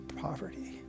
poverty